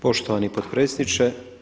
Poštovani potpredsjedniče.